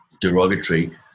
derogatory